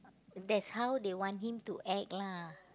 that's how they want him to act lah